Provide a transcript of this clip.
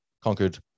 conquered